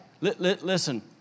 Listen